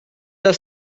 als